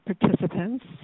participants